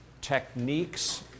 techniques